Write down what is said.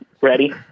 Ready